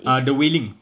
ah the wailing